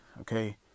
okay